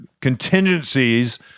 contingencies